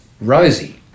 Rosie